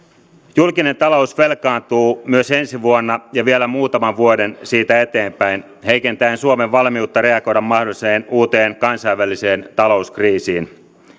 julkinen talous velkaantuu myös ensi vuonna ja vielä muutaman vuoden siitä eteenpäin heikentäen suomen valmiutta reagoida mahdolliseen uuteen kansainväliseen talouskriisiin